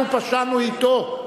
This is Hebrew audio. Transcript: אנחנו פשענו אתו,